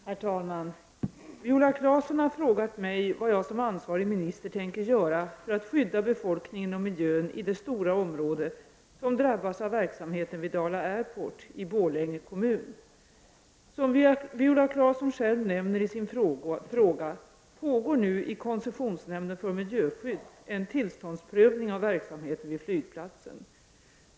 Herr talman! Viola Claesson har frågat mig vad jag som ansvarig minister tänker göra för att skydda befolkningen och miljön i det stora område som drabbas av verksamheten vid Dala Airport i Borlänge kommun. Som Viola Claesson själv nämner i sin fråga pågår nu i koncessionsnämnden för miljöskydd en tillståndsprövning av verksamheten vid flygplatsen.